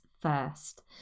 first